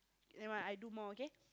never mind I do more okay